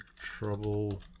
Trouble